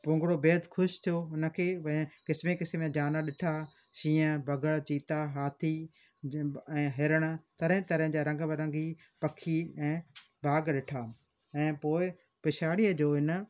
पुंगड़ो बेहदु ख़ुशि थियो उनखे वे किस्मु किस्मु जानवर ॾिठा शीअं भगड़ चीता हाथी जीं ऐं हिरण तरह तरह जा रंग बिरंगी पखी ऐं बाग ॾिठा ऐं पोए पछाड़ीअ जो इन